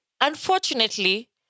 unfortunately